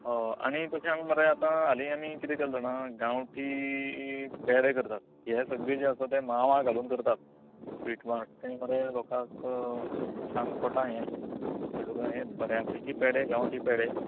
हय आनी कशें हांगा मरे आतां हाली आमी केल्जाेणा गांवठी पेडे करतात हें सग्गळी जे आसात ते मावा घालून करतात स्वीट मार्ट तें थंय मरे लोकांक सामके पोटान हे कळ्ळें तुका ह्ये बऱ्या पैकी पेडे गांवठी पेडे